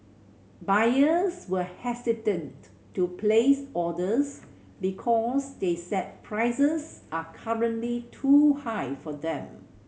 buyers were hesitant to place orders because they said prices are currently too high for them